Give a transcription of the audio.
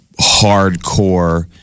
hardcore